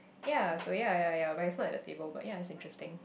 ya so ya ya ya but he's not at the table but ya it's interesting